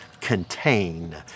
contain